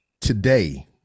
today